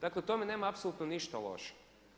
Dakle, u tome nema apsolutno ništa loše.